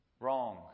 wrong